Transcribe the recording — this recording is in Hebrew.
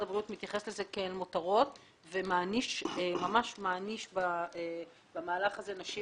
הבריאות מתייחס לזה כאל מותרות ומעניש ממש מעניש במהלך הזה נשים